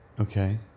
okay